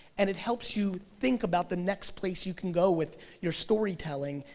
and it helps you think about the next place you can go with your story telling,